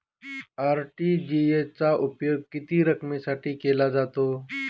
RTGS चा उपयोग किती रकमेसाठी केला जातो?